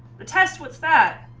the test was that